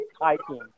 hiking